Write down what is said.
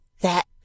That